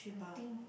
I think